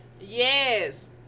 Yes